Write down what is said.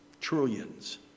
Trillions